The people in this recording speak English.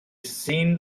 seen